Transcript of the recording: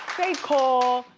they call,